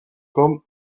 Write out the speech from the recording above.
comme